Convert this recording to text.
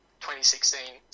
2016